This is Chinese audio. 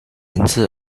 名字